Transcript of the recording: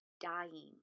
dying